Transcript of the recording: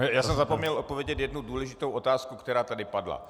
Já jsem zapomněl odpovědět jednu důležitou otázku, která tady padla.